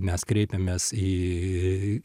mes kreipėmės į